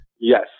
Yes